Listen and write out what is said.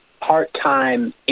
part-time